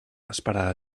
esperar